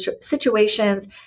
situations